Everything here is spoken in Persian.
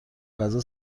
غذا